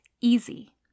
easy